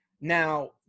now